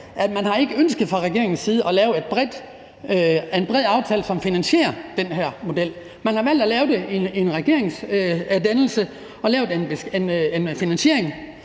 ikke har ønsket at lave en bred aftale, som finansierer den her model. Man har valgt at lave finansieringen i den regering,